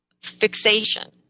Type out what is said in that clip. fixation